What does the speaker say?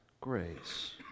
grace